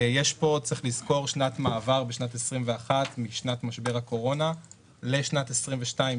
צריך לזכור שיש פה שנת מעבר בשנת 2021 משנת משבר הקורונה לשנת 2022,